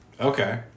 Okay